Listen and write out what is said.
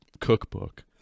cookbook